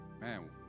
Man